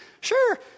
Sure